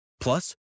Plus